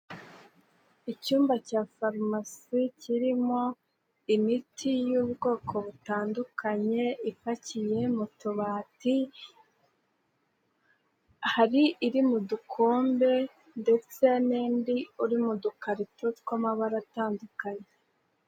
Icyumba cya farumasi kirimo imiti y'ubwoko butandukanye, ipakiye mu tubati, hari iri mu dukombe ndetse n'indi iri mu dukarito tw'amabara atandukanye.